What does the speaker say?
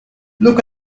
look